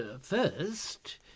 First